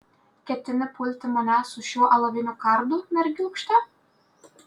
ketini pulti mane su šiuo alaviniu kardu mergiūkšte